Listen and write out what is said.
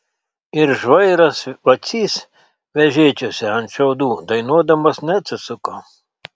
ir žvairas vacys vežėčiose ant šiaudų dainuodamas neatsisuko